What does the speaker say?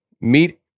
meet